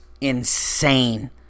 insane